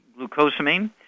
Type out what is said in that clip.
glucosamine